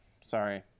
sorry